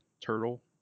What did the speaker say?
turtle